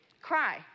Cry